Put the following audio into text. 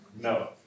No